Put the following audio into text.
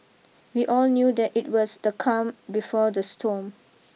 we all knew that it was the calm before the storm